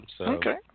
Okay